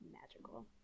magical